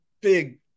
big